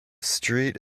street